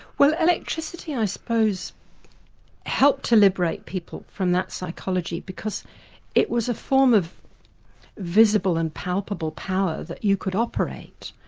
well electricity i suppose helped to liberate people from that psychology, because it was a form of visible and palpable power that you could operate.